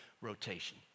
rotation